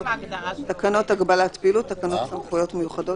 "תקנות הגבלת פעילות" תקנות סמכויות מיוחדות